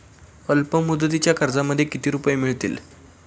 अल्पमुदतीच्या कर्जामध्ये किती रुपये मिळतील?